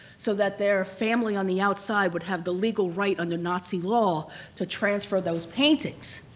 so that their family on the outside would have the legal right under nazi law to transfer those paintings,